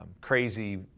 crazy